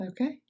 Okay